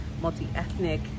multi-ethnic